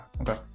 Okay